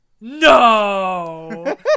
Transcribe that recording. No